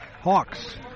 Hawks